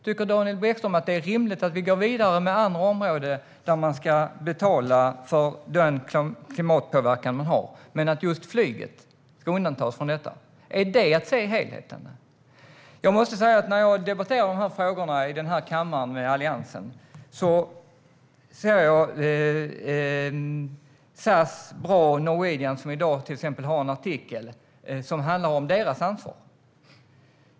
Tycker Daniel Bäckström att det är rimligt att vi går vidare med andra områden där man ska betala för sin klimatpåverkan, men att just flyget ska undantas från detta? Är det att se helheten? SAS, Norwegian och BRA har i dag publicerat en artikel som handlar om deras ansvar.